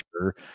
sure